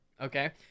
Okay